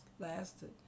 Lasted